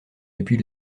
depuis